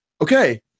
okay